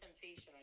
temptation